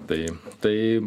tai tai